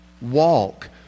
Walk